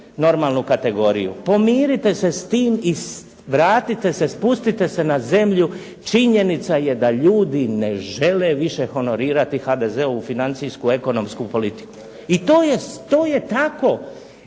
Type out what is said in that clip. normalnu kategoriju. Pomirite se s tim, vratite se na zemlju činjenica je da ljudi više ne žele honorirati HDZ-ovu financijsku ekonomsku politiku. I to je tako.